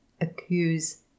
accuse